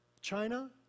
China